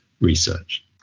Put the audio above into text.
research